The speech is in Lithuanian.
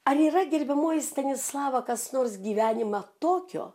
ar yra gerbiamoji stanislava kas nors gyvenime tokio